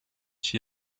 she